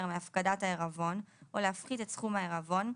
מהפקדת העירבון או להפחית את סכום העירבון,